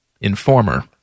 informer